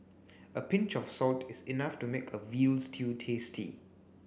a pinch of salt is enough to make a veal stew tasty